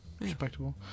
Respectable